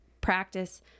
practice